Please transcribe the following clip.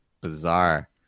bizarre